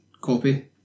copy